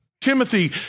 Timothy